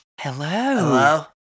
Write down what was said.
Hello